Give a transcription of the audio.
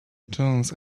jonze